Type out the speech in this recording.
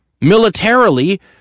Militarily